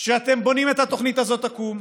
שאתם בונים את התוכנית הזאת עקום,